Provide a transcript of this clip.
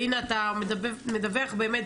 והנה אתה מדווח באמת